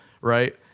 right